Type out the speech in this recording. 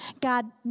God